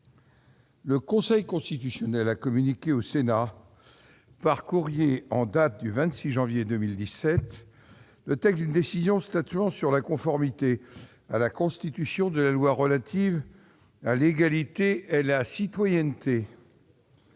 Le Conseil constitutionnel a communiqué au Sénat, par courrier en date du 26 janvier 2017, le texte d'une décision statuant sur la conformité à la Constitution de la loi relative à l'égalité et à la citoyenneté.